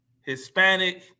Hispanic